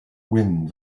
wind